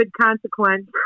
consequence